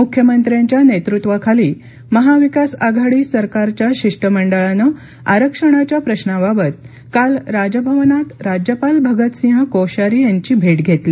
मुख्यमंत्र्यांच्या नेतृत्वाखाली महाविकास आघाडी सरकारच्या शिष्टमंडळानं आरक्षणाच्या प्रश्नाबाबत काल राजभवनात राज्यपाल भगतसिंह कोश्यारी यांची भेट घेतली